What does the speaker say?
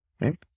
right